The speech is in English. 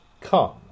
Come